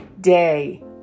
day